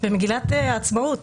במגילת העצמאות